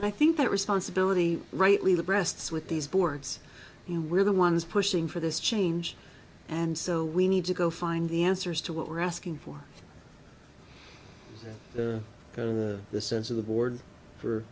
right i think that responsibility rightly the breasts with these boards and we're the ones pushing for this change and so we need to go find the answers to what we're asking for the kind of the the sense of the board for